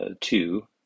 two